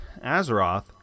Azeroth